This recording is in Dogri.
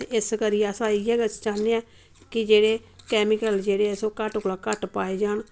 ते इस करियै अस इयै चाहन्ने आं कि जेह्ड़े केमिकल जेह्ड़े अस ओह् घट्ट कोला घट्ट पाए जान